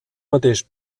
mateix